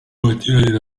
amateraniro